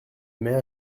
mai